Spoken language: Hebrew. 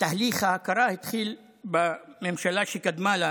תהליך ההכרה התחיל בממשלה שקדמה לה,